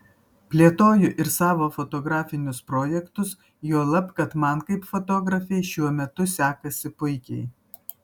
plėtoju ir savo fotografinius projektus juolab kad man kaip fotografei šiuo metu sekasi puikiai